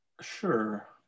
Sure